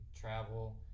travel